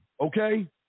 okay